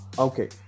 Okay